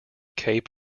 cape